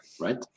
Right